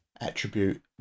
attribute